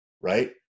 right